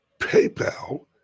PayPal